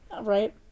right